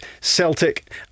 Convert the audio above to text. Celtic